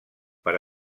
per